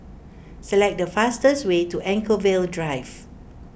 select the fastest way to Anchorvale Drive